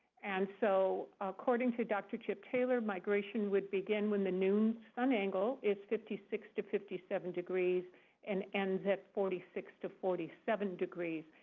and so, according to doctor chip taylor, migration would begin when the noon sun angle is fifty six to fifty seven degrees and ends at forty six to forty seven degrees.